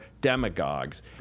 demagogues